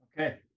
Okay